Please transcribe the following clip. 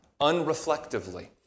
unreflectively